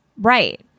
Right